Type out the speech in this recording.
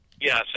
Yes